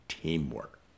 Teamwork